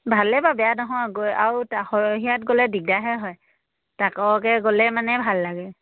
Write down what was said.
ভালে বাৰু বেয়া নহয় গৈ আৰু তা সৰহীয়াত গ'লে দিগদাৰহে হয় তাকৰকৈ গ'লে মানে ভাল লাগে